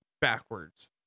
backwards